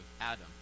Adam